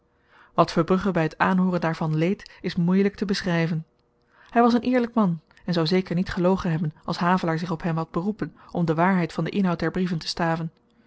wat verbrugge by t aanhooren daarvan leed is moeielyk te beschryven hy was een eerlyk man en zou zeker niet gelogen hebben als havelaar zich op hem had beroepen om de waarheid van den inhoud der brieven te staven